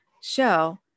show